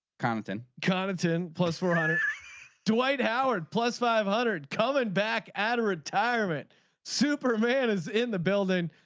compton coddington plus four on it dwight howard plus five hundred. coming back at retirement super man is in the building.